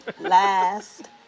last